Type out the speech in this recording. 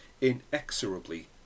inexorably